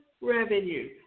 revenue